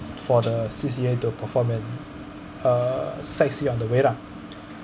for the C_C_A to perform and uh sight see on the way lah